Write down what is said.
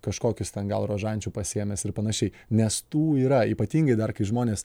kažkokius ten gal rožančių pasiėmęs ir panašiai nes tų yra ypatingai dar kai žmonės